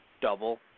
Double